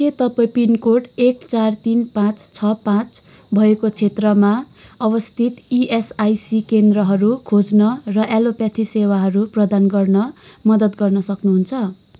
के तपाईँँ पिनकोड एक चार तिन पाचँ छ पाचँ भएको क्षेत्रमा अवस्थित इएसआइसी केन्द्रहरू खोज्न र एलोप्याथी सेवाहरू प्रदान गर्न मद्दत गर्न सक्नुहुन्छ